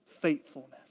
faithfulness